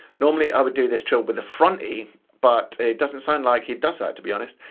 normally i would do this trill with the front e but it doesn't sound like he does that to be honest.